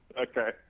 Okay